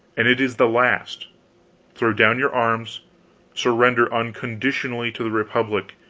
and it is the last throw down your arms surrender unconditionally to the republic,